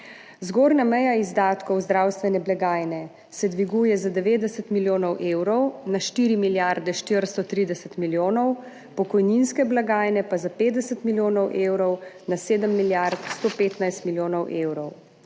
Zgornja meja izdatkov zdravstvene blagajne se dviguje za 90 milijonov evrov na štiri milijarde 430 milijonov, pokojninske blagajne pa za 50 milijonov evrov na sedem milijard 115 milijonov evrov.